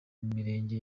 mirenge